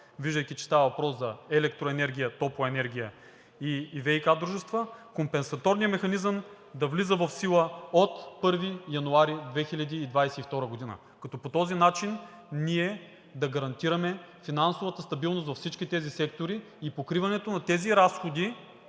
виждайки, че става въпрос за електроенергия, топлоенергия и ВиК дружества –„… компенсаторният механизъм да влиза в сила от 1 януари 2022 г.“, като по този начин ние да гарантираме финансовата стабилност във всички тези сектори и покриването на тези разходи,